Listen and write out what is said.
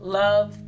love